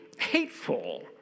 hateful